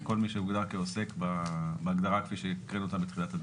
לכל מי שהוגדר כעוסק בהגדרה כפי שהקראנו אותה בתחילת הדיון.